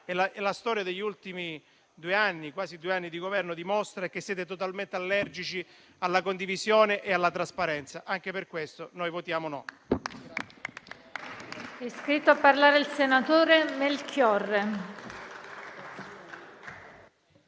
la storia degli ultimi due anni, quasi due anni di Governo, dimostrano che siete totalmente allergici alla condivisione e alla trasparenza. Anche per questo, noi votiamo no